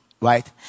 right